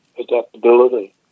adaptability